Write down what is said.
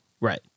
Right